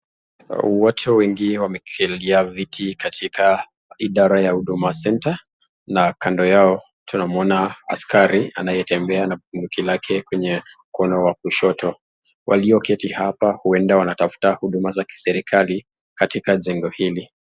Watu wengi wamekalia viti katika idara ya huduma center, na kando yao tunamuona askari anatembea na buntuki la kwenye mkono ya kushoto, walioketi hapa huenda wanatafuta huduma za kiserkali katika jengo hili.